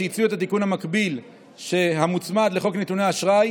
שהציעו את התיקון המקביל שמוצמד לחוק נתוני אשראי.